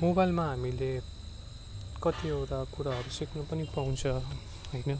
मोबाइलमा हामीले कतिवटा कुराहरू सिक्नु पनि पाउँछ होइन